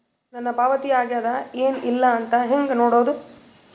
ನನ್ನ ಪಾವತಿ ಆಗ್ಯಾದ ಏನ್ ಇಲ್ಲ ಅಂತ ಹೆಂಗ ನೋಡುದು?